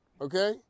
Okay